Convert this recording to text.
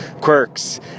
quirks